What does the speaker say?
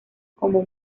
como